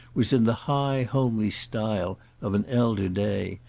was in the high homely style of an elder day,